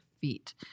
feet